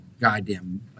goddamn